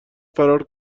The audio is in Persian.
فرار